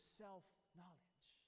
self-knowledge